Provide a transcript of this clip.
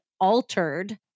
altered